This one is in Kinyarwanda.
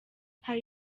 hari